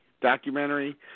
documentary